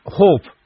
hope